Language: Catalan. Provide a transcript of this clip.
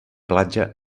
platja